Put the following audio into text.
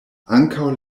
ankaŭ